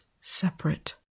separate